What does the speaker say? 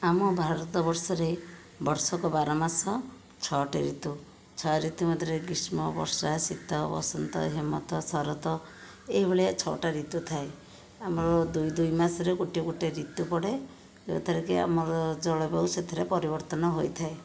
ଆମ ଭାରତ ବର୍ଷରେ ବର୍ଷକ ବାରମାସ ଛଅଟି ଋତୁ ଛଅ ଋତୁ ମଧ୍ୟରେ ଗ୍ରୀଷ୍ମ ବର୍ଷା ଶୀତ ବସନ୍ତ ହେମନ୍ତ ଶରତ ଏହି ଭଳିଆ ଛଅଟା ଋତୁ ଥାଏ ଆମର ଦୁଇ ଦୁଇ ମାସରେ ଗୋଟିଏ ଗୋଟିଏ ଋତୁ ପଡ଼େ ଯେଉଁଥିରେ କି ଆମର ଜଳବାୟୁ ସେଥିରେ ପରିବର୍ତ୍ତନ ହୋଇଥାଏ